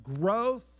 growth